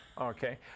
Okay